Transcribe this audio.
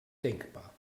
denkbar